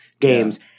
games